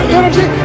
energy